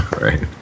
Right